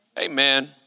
Amen